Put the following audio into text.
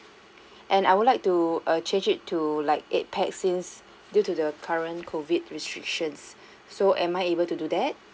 and I would like to err change it to like eight pax since due to the current COVID restrictions so am I able to do that